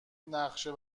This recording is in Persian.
نقشه